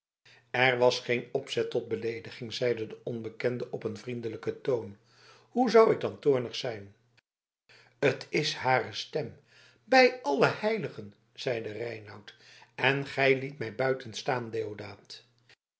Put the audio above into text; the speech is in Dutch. er was geen opzet tot beleediging zeide de onbekende op een vriendelijken toon hoe zou ik dan toornig zijn t is hare stem bij alle heiligen zeide reinout en gij liet mij buiten staan